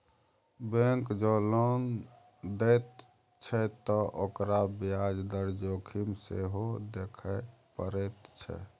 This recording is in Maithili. बैंक जँ लोन दैत छै त ओकरा ब्याज दर जोखिम सेहो देखय पड़ैत छै